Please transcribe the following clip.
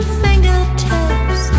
fingertips